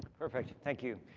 perfect, thank you.